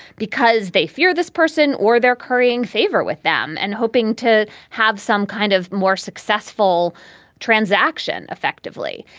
because they fear this person or they're currying favor with them and hoping to have some kind of more successful transaction effectively.